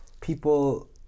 people